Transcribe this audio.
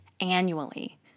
annually